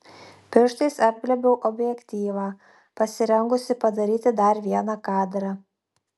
pirštais apglėbiau objektyvą pasirengusi padaryti dar vieną kadrą